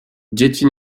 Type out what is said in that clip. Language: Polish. dzieci